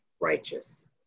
righteous